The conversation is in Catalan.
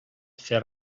fer